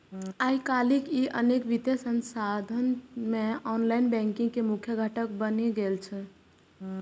आइकाल्हि ई अनेक वित्तीय संस्थान मे ऑनलाइन बैंकिंग के प्रमुख घटक बनि गेल छै